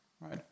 right